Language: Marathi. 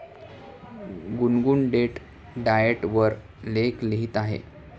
गुनगुन डेट डाएट वर लेख लिहित आहे